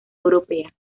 europea